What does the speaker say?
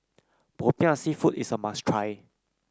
popiah seafood is a must try